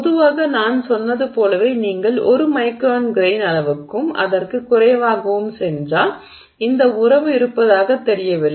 பொதுவாக நான் சொன்னது போலவே நீங்கள் 1 மைக்ரான் கிரெய்ன் அளவுக்கும் அதற்குக் குறைவாகவும் சென்றால் இந்த உறவு இருப்பதாகத் தெரியவில்லை